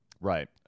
right